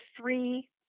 three